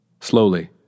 Slowly